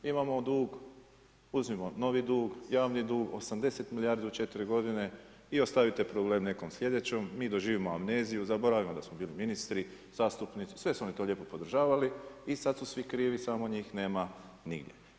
Imamo dug, uzmimo novi dug, javni dug 80 milijardi u četiri godine i ostavite problem nekom slijedećem, mi doživimo amneziju, zaboravimo da smo bili ministri, zastupnici, sve su oni to lijepo podržavali i sad su svi krivi samo njih nema nigdje.